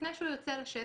לפני שהוא יוצא לשטח,